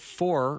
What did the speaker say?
four